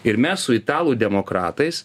ir mes su italų demokratais